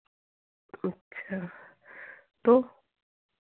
अच्छा तो